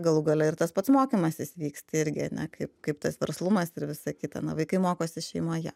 galų gale ir tas pats mokymasis vyksta irgi ane kaip kaip tas verslumas ir visa kita na vaikai mokosi šeimoje